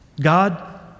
God